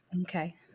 Okay